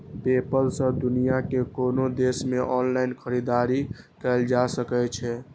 PayPal सं दुनिया के कोनो देश मे ऑनलाइन खरीदारी कैल जा सकै छै